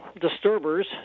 disturbers